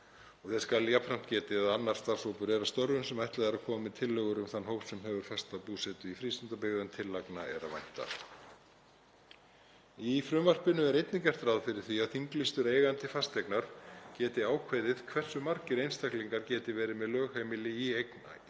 Þess skal getið að annar starfshópur er að störfum sem ætlað er að koma með tillögur um þann hóp sem hefur fasta búsetu í frístundabyggð en tillagna er að vænta. Í frumvarpinu er einnig gert ráð fyrir því að þinglýstur eigandi fasteignar geti ákveðið hversu margir einstaklingar geti verið með lögheimili á eign